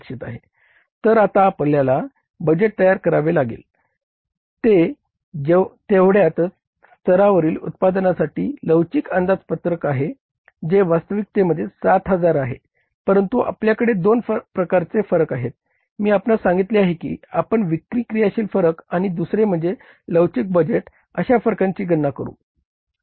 तर आता आपल्याला बजेट तयार करावे लागेल जे तेवढ्याच स्तरावरील उत्पादनासाठी लवचिक अंदाजपत्रक खाली आला आहे